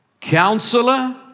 Counselor